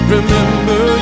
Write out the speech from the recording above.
Remember